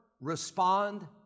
respond